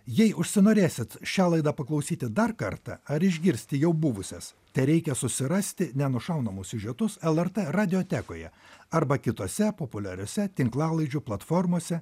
jei užsinorėsit šią laidą paklausyti dar kartą ar išgirsti jau buvusias tereikia susirasti nenušaunamus siužetus lrt radiotekoje arba kitose populiariose tinklalaidžių platformose